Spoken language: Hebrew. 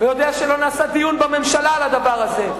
ויודע שלא נעשה דיון בממשלה על הדבר הזה,